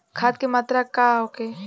खाध के मात्रा का होखे?